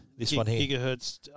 gigahertz